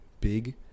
big